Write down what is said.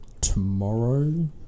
tomorrow